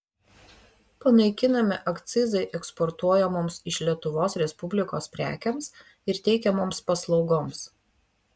panaikinami akcizai eksportuojamoms iš lietuvos respublikos prekėms ir teikiamoms paslaugoms